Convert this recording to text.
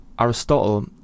Aristotle